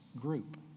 group